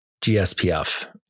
GSPF